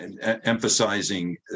emphasizing